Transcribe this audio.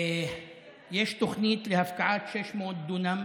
יש תוכנית להפקעת 600 דונם